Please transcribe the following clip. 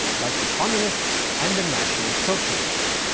like the communists and national socialists.